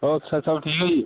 ਹੋਰ ਸਭ ਸਭ ਠੀਕ ਹੈ ਜੀ